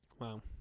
Wow